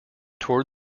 toward